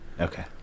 Okay